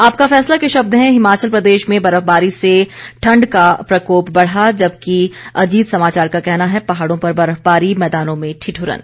आपका फैसला के शब्द हैं हिमाचल प्रदेश में बर्फबारी से ठंड का प्रकोप बढ़ा जबकि अजीत समाचार का कहना है पहाड़ों पर बर्फबारी मैदानों में ठिठुरन